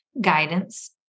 guidance